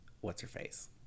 What's-Her-Face